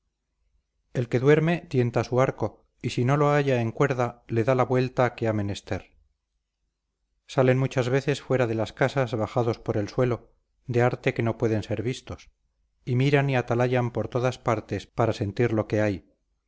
el que duerme tienta su arco y si no lo halla en cuerda le da la vuelta que ha menester salen muchas veces fuera de las casas bajados por el suelo de arte que no pueden ser vistos y miran y atalayan por todas partes para sentir lo que hay